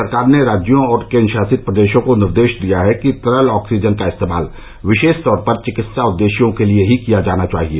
सरकार ने राज्यों और केन्द्र शासित प्रदेशों को निर्देश दिया है कि तरल ऑक्सीजन का इस्तेमाल विशेष तौर पर चिकित्सा उद्देश्यों के लिए ही किया जाना चाहिए